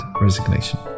Resignation